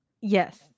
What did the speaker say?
Yes